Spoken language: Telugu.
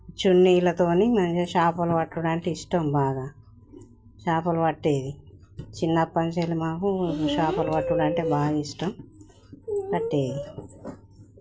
చున్నీలతో మంచిగా చేపలు పట్టడం అంటే ఇష్టం బాగా చేపలు పట్టేది చిన్నప్పట్నుంచీ ఇలా మాకూ చేపలు పట్టడం అంటే బాగా ఇష్టం ఉండేది